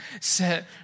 set